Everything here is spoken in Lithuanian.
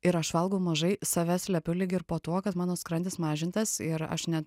ir aš valgau mažai save slepiu lyg ir po tuo kad mano skrandis mažintas ir aš ne